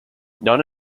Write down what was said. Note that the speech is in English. non